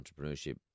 entrepreneurship